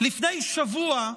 לפני שבוע,